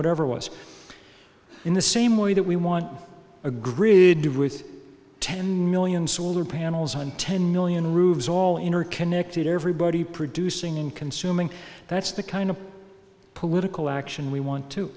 whatever was in the same way that we want a grid with ten million solar panels and ten million rubes all interconnected everybody producing and consuming that's the kind of political action we want to